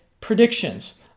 predictions